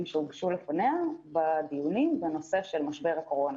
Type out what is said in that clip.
שהוגשה לפניה בדיונים בנושא של משבר הקורונה.